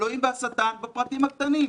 אלוהים והשטן בפרטים הקטנים.